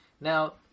Now